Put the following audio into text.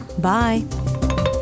bye